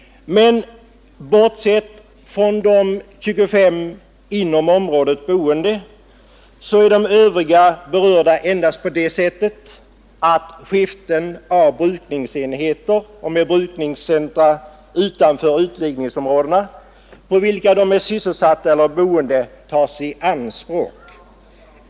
Men bortsett från de 25 i området boende är de övriga endast berörda på det sättet att skiften av brukningsenheter med brukningscentra utanför utvidgningsområdena, skiften på vilka vederbörande inte är sysselsatta eller boende, tas i anspråk.